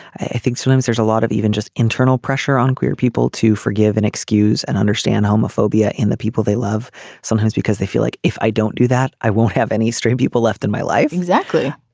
i think sometimes there's a lot of even just internal pressure on queer people to forgive and excuse and understand homophobia in the people they love sometimes because they feel like if i don't do that i won't have any straight people left in my life. exactly.